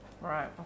Right